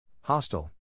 Hostel